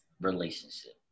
relationship